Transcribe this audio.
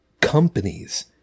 companies